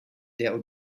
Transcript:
der